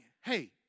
hey